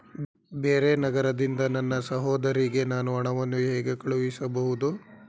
ಬೇರೆ ನಗರದಿಂದ ನನ್ನ ಸಹೋದರಿಗೆ ನಾನು ಹಣವನ್ನು ಹೇಗೆ ಕಳುಹಿಸಬಹುದು?